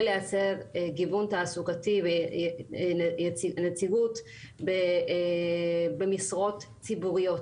לייצר גיוון תעסוקתי ויציבות במשרות ציבוריות.